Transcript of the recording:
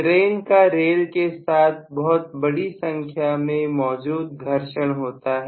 train का rail के साथ बहुत बड़ी संख्या में मौजूद घर्षण होता है